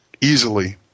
easily